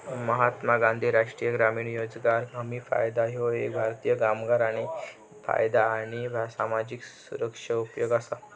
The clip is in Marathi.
महात्मा गांधी राष्ट्रीय ग्रामीण रोजगार हमी कायदा ह्यो एक भारतीय कामगार कायदा आणि सामाजिक सुरक्षा उपाय असा